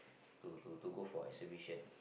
to to to go for exhibition